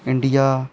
India